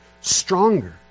stronger